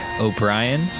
O'Brien